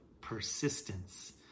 persistence